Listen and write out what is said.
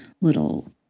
little